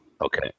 Okay